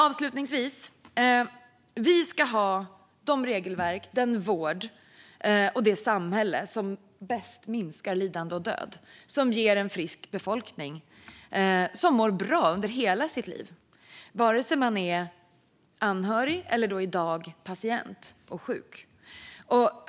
Avslutningsvis vill jag säga att vi ska ha de regelverk, den vård och det samhälle som bäst minskar lidande och död och som ger en frisk befolkning som mår bra under hela livet, vare sig man är anhörig eller patient och sjuk.